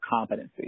competency